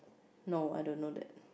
no I don't know that